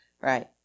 Right